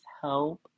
help